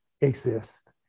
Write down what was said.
exist